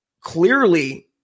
clearly